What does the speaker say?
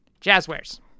Jazzwares